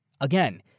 Again